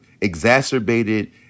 exacerbated